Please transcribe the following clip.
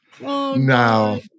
No